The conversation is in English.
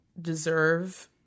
deserve